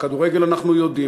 ועל הכדורגל אנחנו יודעים.